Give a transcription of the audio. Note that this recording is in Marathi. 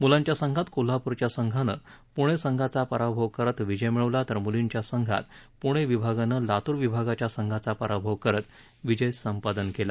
मुलांच्या संघात कोल्हापुरच्या संघानं पुणे संघाचा पराभव करत विजय मिळवला तर म्लींच्या संघात प्णे विभागानं लातूर विभागाच्या संघाचा पराभव करत विजय संपादन केला